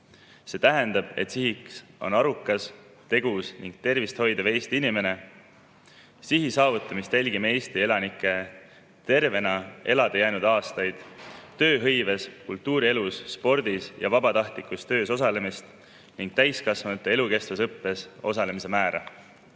See tähendab, et sihiks on arukas, tegus ning tervist hoidev Eesti inimene. Selle sihi saavutamist jälgime Eesti elanike tervena elada jäänud aastate arvu, tööhõives, kultuurielus, spordis ja vabatahtlikus töös osalemise ning täiskasvanute elukestvas õppes osalemise määra